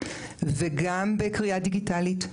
וגם בקריאה דיגיטלית,